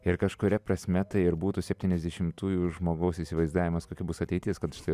ir kažkuria prasme tai ir būtų septyniasdešimtųjų žmogaus įsivaizdavimas kokia bus ateitis kad štai